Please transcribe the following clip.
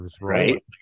Right